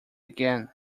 again